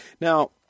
Now